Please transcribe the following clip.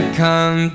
come